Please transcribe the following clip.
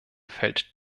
fällt